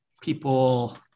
people